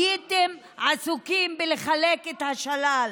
הייתם עסוקים בלחלק את השלל.